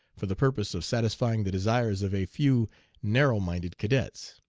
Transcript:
for the purpose of satisfying the desires of a few narrow-minded cadets.